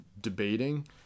debating